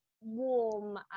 warm